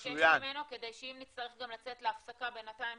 לבקש ממנו כדי שאם נצטרך גם לצאת להפסקה בינתיים